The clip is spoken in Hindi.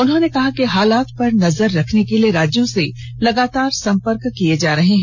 उन्होंने कहा कि हालात पर नजर रखने के लिए राज्यों से लगातार संपर्क किये जा रहे हैं